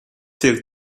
take